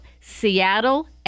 Seattle